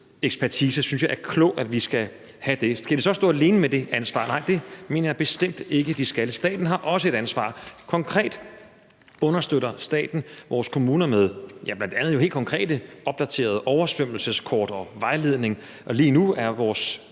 myndighedsekspertise synes jeg er klog at have. Skal de så stå alene med det ansvar? Nej, det mener jeg bestemt ikke at de skal. Staten har også et ansvar. Konkret understøtter staten vores kommuner med bl.a. helt konkrete opdaterede oversvømmelseskort og vejledning, og lige nu er det